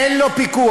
אין עליו פיקוח.